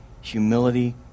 humility